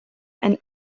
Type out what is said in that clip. and